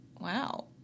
wow